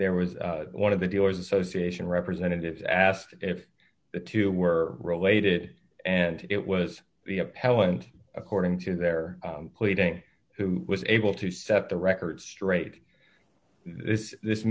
there was one of the dealers association representatives asked if the two were related and it was the appellant according to their pleading who was able to set the record straight this this